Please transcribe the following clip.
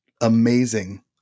amazing